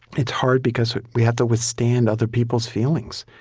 it's hard because we have to withstand other people's feelings,